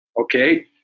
okay